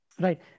Right